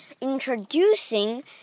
introducing